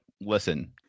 listen